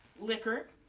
liquor